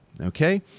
okay